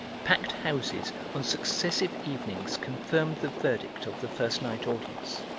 packed houses on successive evenings confirmed the verdict of the first night audience,